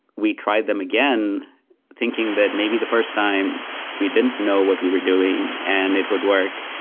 we tried them again thinking that maybe the first time we didn't know what we were doing and it would work.